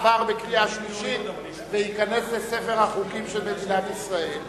עבר בקריאה שלישית וייכנס לספר החוקים של מדינת ישראל.